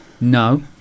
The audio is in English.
No